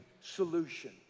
solution